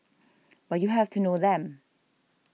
but you have to know them